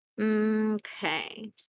Okay